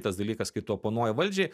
kitas dalykas kai tu oponuoji valdžiai